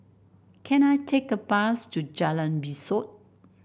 can I take a bus to Jalan Besut